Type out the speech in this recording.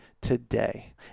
today